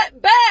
back